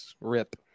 rip